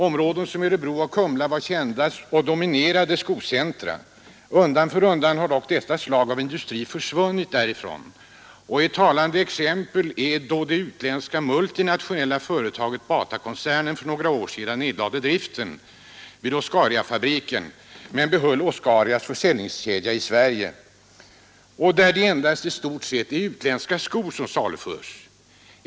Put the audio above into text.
Områden som Örebro och Kumla var kända och dominerande skocentra. Undan för undan har dock denna industri försvunnit därifrån. Ett talande exempel fick vi när det utländska multinationella företaget Bata för några år sedan lade ned driften vid Oscariafabriken men behöll Oscarias försäljningskedja i Sverige, genom vilken i stort sett endast utländska skor saluförs.